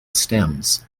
stems